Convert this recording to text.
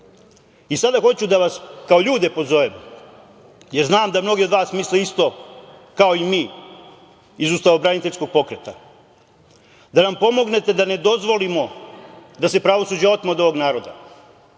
SNS.Sada hoću da vas kao ljude pozovem, jer znam da mnogi od vas misle isto kao i mi iz ustavobraniteljskog pokreta, da nam pomognete da ne dozvolimo da se pravosuđe otme od ovog naroda,